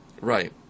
Right